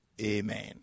Amen